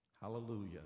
Hallelujah